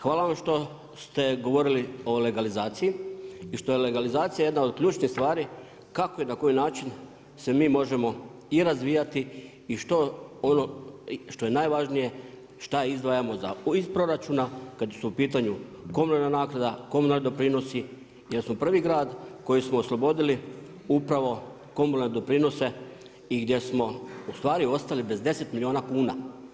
Hvala vam što ste govorili o legalizaciji i što je legalizacija jedna od ključnih stvari kako i na koji način se mi možemo i razvijati i što ono što je najvažnije šta izdvajamo iz proračuna kada je u pitanju komunalna naknada, komunalni doprinosi jer smo prvi grad koji smo oslobodili upravo komunalne doprinose i gdje smo ostali bez 10 milijuna kuna.